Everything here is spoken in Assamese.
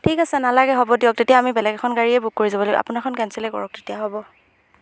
ঠিক আছে নালাগে হ'ব দিয়ক তেতিয়া আমি বেলেগ এখন গাড়ীয়ে বুক কৰি যাব লাগিব আপোনাৰখন কেঞ্চেলেই কৰক তেতিয়া হ'ব